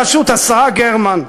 בראשות השרה גרמן.